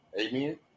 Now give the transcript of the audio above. Amen